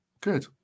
Good